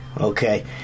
okay